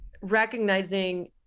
recognizing